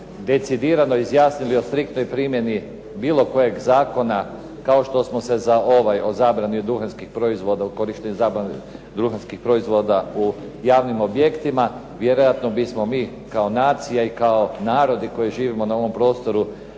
decidirano izjasnili o striktnoj primjeni bilo kojeg zakona, kao što smo se za ovaj o zabrani duhanskih proizvoda, u korištenju zabrane duhanskih proizvoda u javnim objektima, vjerojatno bismo mi kao nacija i kao narodi koji živimo na ovom prostoru